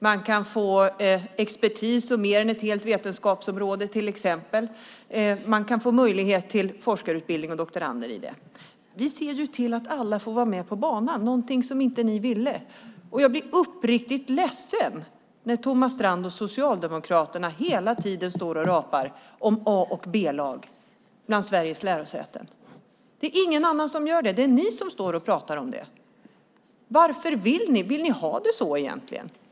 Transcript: Man kan till exempel få expertis och mer än ett helt vetenskapsområde liksom möjlighet till forskarutbildning och doktorander. Vi ser till att alla får vara med på banan; det fick man inte tidigare. Jag blir uppriktigt ledsen när Thomas Strand och Socialdemokraterna hela tiden talar om A och B-lag bland Sveriges lärosäten. Ingen annan gör det. Det är bara de som talar om det. Vill de egentligen ha det så?